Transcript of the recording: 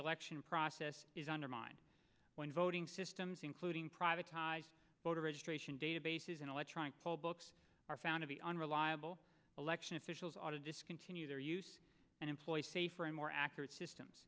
election process is undermined when voting systems including privatized voter registration databases an electronic poll books are found to be unreliable election officials are to discontinue their use and employ safer and more accurate systems